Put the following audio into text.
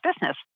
business